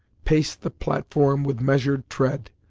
paced the platform with measured tread,